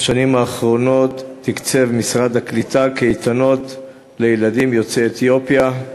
בשנים האחרונות תקצב משרד הקליטה קייטנות לילדים יוצאי אתיופיה.